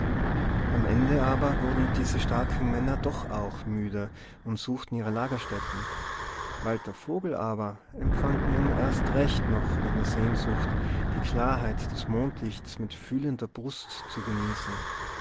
am ende aber wurden diese starken männer doch auch müde und suchten ihre lagerstätten walter vogel aber empfand nun erst recht noch eine sehnsucht die klarheit des mondlichts mit fühlender brust zu genießen